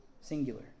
singular